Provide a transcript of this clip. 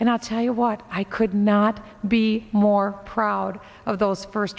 and i'll tell you what i could not be more proud of those first